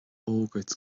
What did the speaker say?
fhógairt